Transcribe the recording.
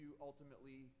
ultimately